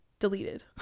deleted